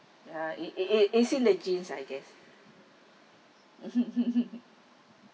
ya it it it it's in the genes I guess mmhmm